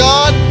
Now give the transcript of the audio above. God